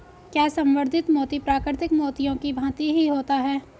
क्या संवर्धित मोती प्राकृतिक मोतियों की भांति ही होता है?